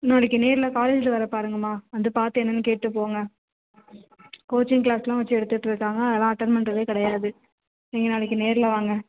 நாளைக்கு நேரில் காலேஜில் வர பாருங்கம்மா வந்து பார்த்து என்னென்று கேட்டு போங்க கோச்சிங் கிளாஸெலாம் வெச்சு எடுத்துகிட்ருக்காங்க அதெலாம் அட்டென்ட் பண்ணுறதே கிடையாது நீங்கள் நாளைக்கு நேரில் வாங்க